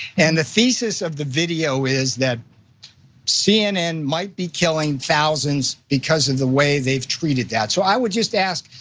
and the thesis of the video is that cnn might be killing thousands because of the way they've treated that, so i would just ask,